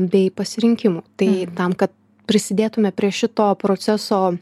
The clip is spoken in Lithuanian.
bei pasirinkimų tai tam kad prisidėtume prie šito proceso